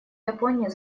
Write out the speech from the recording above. японии